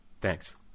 Thanks